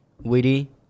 Witty